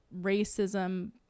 racism